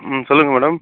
ம் சொல்லுங்கள் மேடம்